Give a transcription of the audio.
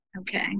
Okay